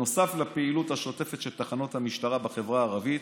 נוסף לפעילות השוטפת של תחנות המשטרה בחברה הערבית,